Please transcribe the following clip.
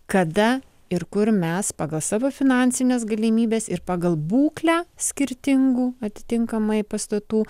kada ir kur mes pagal savo finansines galimybes ir pagal būklę skirtingų atitinkamai pastatų